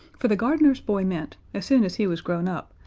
for the gardener's boy meant, as soon as he was grown up,